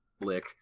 lick